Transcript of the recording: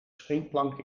springplank